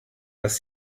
was